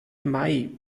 mai